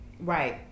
right